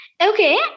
Okay